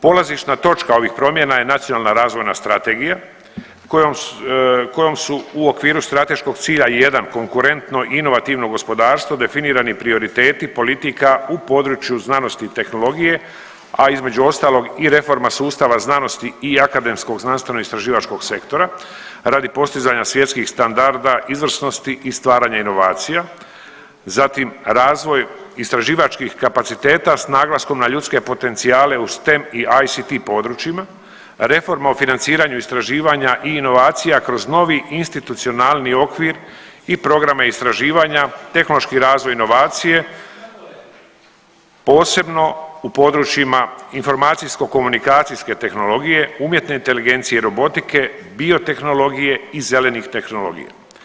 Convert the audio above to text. Polazišna točka ovih promjena je nacionalna razvojna strategija kojom, kojom su u okviru strateškog cilja jedan konkurentno i inovativno gospodarstvo definirani prioriteti politika u području znanosti i tehnologije, a između ostalog i reforma sustava znanosti i akademskog znanstveno istraživačkog sektora radi postizanja svjetskih standarda izvrsnosti i stvaranja inovacija, zatim razvoj istraživačkih kapaciteta s naglaskom na ljudske potencijale u STEM i ICT područjima, reforma o financiranju istraživanja i inovacija kroz novi institucionalni okvir i programe istraživanja, tehnološki razvoj i inovacije, posebno u područjima informacijsko komunikacijske tehnologije, umjetne inteligencije i robotike, biotehnologije i zelenih tehnologije.